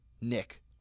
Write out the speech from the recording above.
Nick